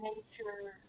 nature